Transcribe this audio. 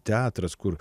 teatras kur